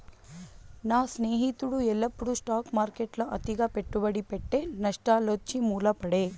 నా స్నేహితుడు ఎల్లప్పుడూ స్టాక్ మార్కెట్ల అతిగా పెట్టుబడి పెట్టె, నష్టాలొచ్చి మూల పడే